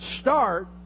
start